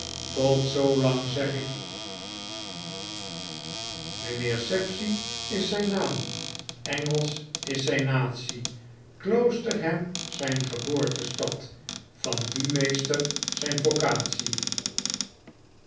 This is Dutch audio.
tot zoolang zeg ik mijnheer sapsea is zijn naam engelsch is zijn natie kloosterham zijn geboortestad van dien meester zijn